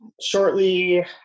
shortly